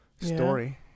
story